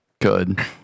Good